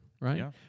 right